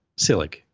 Silic